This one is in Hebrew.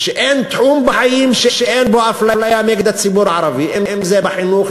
ואין תחום בחיים שאין בו אפליה נגד הציבור הערבי אם בחינוך,